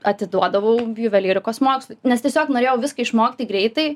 atiduodavau juvelyrikos mokslui nes tiesiog norėjau viską išmokti greitai